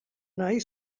nahi